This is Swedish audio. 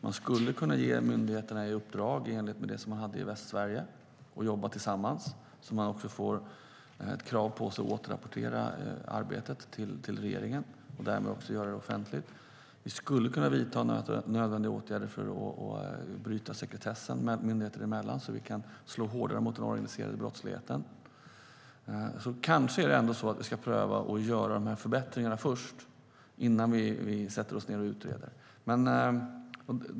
Man skulle kunna ge myndigheterna i uppdrag att, i enlighet med det som gjordes i Västsverige, jobba tillsammans så att de fick krav på sig att återrapportera arbetet till regeringen och därmed också göra det offentligt. Vi skulle kunna vidta nödvändiga åtgärder för att bryta sekretessen myndigheter emellan så att vi kunde slå hårdare mot den organiserade brottsligheten. Kanske ska vi trots allt pröva att göra dessa förbättringar innan vi sätter oss ned och utreder.